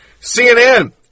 CNN